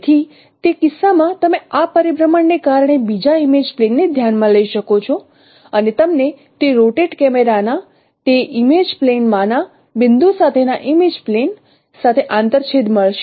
તેથી તે કિસ્સામાં તમે આ પરિભ્રમણ ને કારણે બીજા ઇમેજ પ્લેન ને ધ્યાનમાં લઈ શકો છો અને તમને તે રોટેટ કેમેરાના તે ઇમેજ પ્લેન માંના બિંદુ સાથેના ઇમેજ પ્લેન સાથે આંતરછેદ મળશે